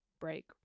break